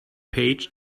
page